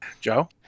Joe